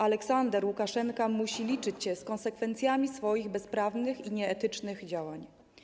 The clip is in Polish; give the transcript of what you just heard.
Aleksander Łukaszenka musi liczyć się z konsekwencjami swoich bezprawnych i nieetycznych działań.